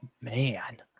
Man